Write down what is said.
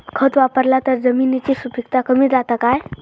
खत वापरला तर जमिनीची सुपीकता कमी जाता काय?